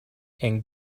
and